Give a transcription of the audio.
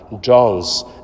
John's